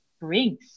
brings